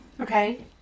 Okay